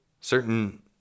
Certain